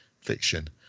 fiction